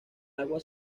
agua